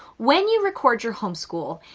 when you record your homeschool,